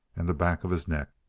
and the back of his neck.